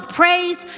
praise